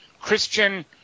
Christian